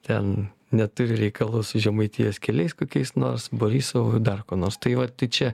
ten neturi reikalų su žemaitijos keliais kokiais nors borisovu ar dar kuo nors tai va čia